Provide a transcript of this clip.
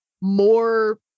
more